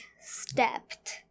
stepped